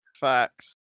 Facts